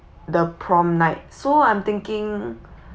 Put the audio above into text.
the prom night so I'm thinking